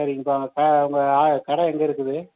சரிங்கப்பா உங்கள் க உங்கள் க கடை எங்கே இருக்குது